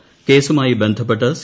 ഇതുമായി ബന്ധപ്പെട്ട് സി